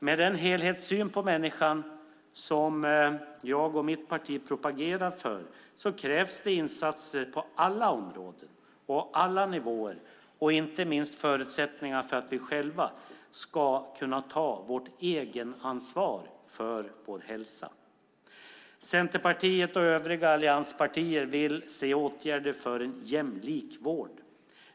Med den helhetssyn på människan som jag och mitt parti propagerar för krävs det insatser på alla områden och alla nivåer. Det gäller inte minst att skapa förutsättningar för att man ska kunna ta ett egenansvar för sin hälsa. Centerpartiet och övriga alliansparter vill se åtgärder för en jämlik vård.